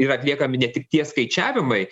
yra atliekami ne tik tie skaičiavimai